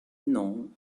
non